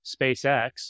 SpaceX